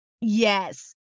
Yes